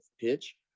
pitch